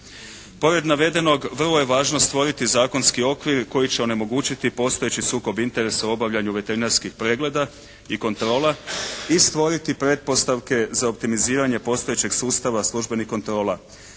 Pored navedenog vrlo je važno stvoriti zakonski okvir koji će onemogućiti postojeći sukob interesa u obavljanju veterinarskih pregleda i kontrola i stvoriti pretpostavke za optimiziranje postojećeg sustava službenih kontrola.